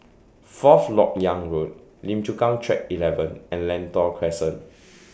Fourth Lok Yang Road Lim Chu Kang Track eleven and Lentor Crescent